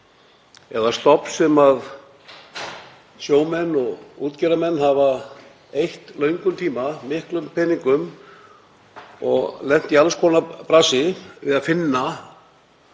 eða stofn sem sjómenn og útgerðarmenn hafa eytt löngum tíma í, miklum peningum og lent í alls konar brasi við að finna.